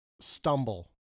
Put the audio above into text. stumble